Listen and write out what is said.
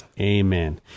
Amen